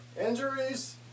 Injuries